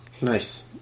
Nice